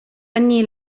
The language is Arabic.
أني